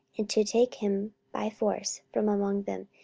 and to take him by force from among them,